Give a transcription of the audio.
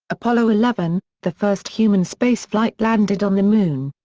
apollo eleven, the first human spaceflight landed on the moon.